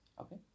Okay